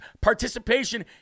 participation